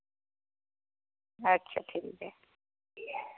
अच्छा ठीक ऐ